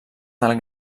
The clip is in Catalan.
del